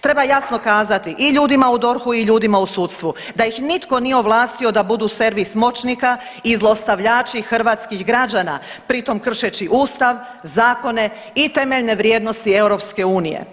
Treba jasno kazati i ljudima u DORH-u i ljudima u sudstvu da ih nitko nije ovlastio da budu servis moćnika i zlostavljači hrvatskih građana pri tom kršeći ustav, zakone i temeljne vrijednosti EU.